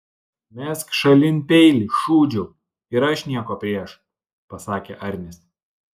mesk šalin peilį šūdžiau ir aš nieko prieš pasakė arnis